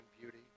beauty